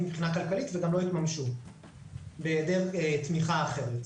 מבחינה כלכלית וגם לא יתממשו בהיעדר תמיכה אחרת.